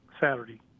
Saturday